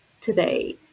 today